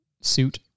suit